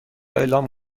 اعلام